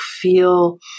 feel